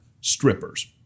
strippers